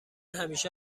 همیشه